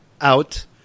out